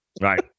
right